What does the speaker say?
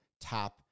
tap